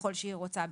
ככל שהיא רוצה בכך.